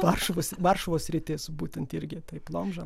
varšuvos varšuvos sritis būtent irgi taip lomža